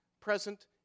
present